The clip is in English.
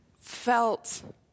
felt